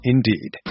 Indeed